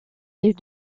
les